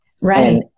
Right